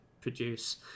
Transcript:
produce